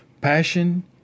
Passion